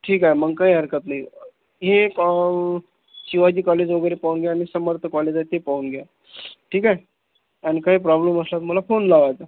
ठीक आहे मग काही हरकत नाही एक शिवाजी कॉलेज वगैरे पाहून घ्या आणि समर्थ कॉलेज आहे ते पाहून घ्या ठीक आहे आणि काही प्रॉब्लेम असला तर मला फोन लावायचं